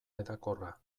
hedakorra